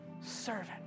servant